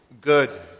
good